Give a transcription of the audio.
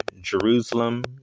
Jerusalem